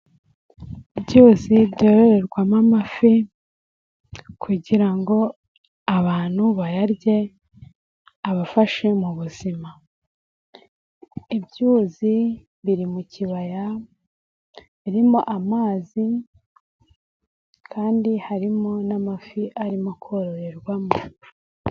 Ibyuzi byororerwamo amafi kugira ngo abantu bayarye abafashe mu buzima, ibyuzi biri mu kibaya, birimo amazi kandi harimo n'amafi arimo kororerwamo.